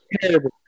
terrible